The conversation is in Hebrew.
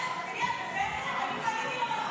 תגידי, את בסדר?